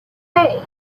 pay